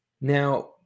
now